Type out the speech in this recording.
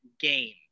game